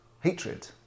hatred